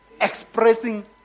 expressing